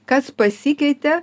kas pasikeitė